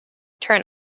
turn